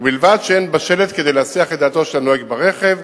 ובלבד שאין בשלט כדי להסיח את דעתו של הנוהג ברכב.